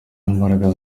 imbaraga